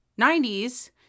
90s